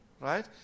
Right